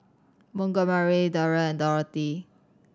Montgomery Deryl and Dorothy